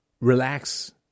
relax